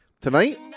tonight